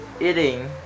eating